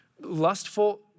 lustful